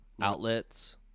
Outlets